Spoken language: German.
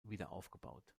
wiederaufgebaut